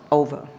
over